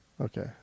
Okay